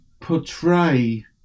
portray